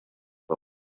her